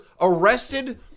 arrested